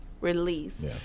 release